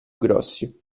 grossi